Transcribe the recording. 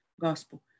gospel